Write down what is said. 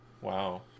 Wow